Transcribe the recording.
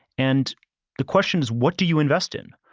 and the question is, what do you invest in?